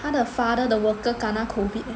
他的 father 的 worker kena COVID